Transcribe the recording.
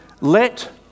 let